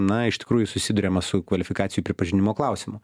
na iš tikrųjų susiduriama su kvalifikacijų pripažinimo klausimu